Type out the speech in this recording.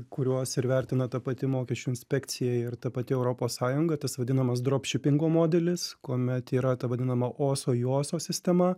kuriuos ir vertina ta pati mokesčių inspekcija ir ta pati europos sąjunga tas vadinamas dropšipingo modelis kuomet yra ta vadinama oso ioso sistema